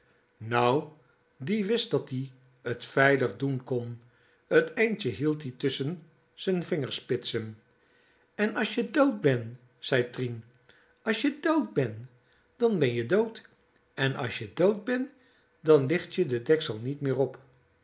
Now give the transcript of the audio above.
lippen nou die wist dat-ie t veilig doen kon t endje hield-ie tusschen z'n vingerspitsen en as je dd ben zei trien as je dd ben dan ben je dood en as je dood ben dan licht je de deksel niemeer op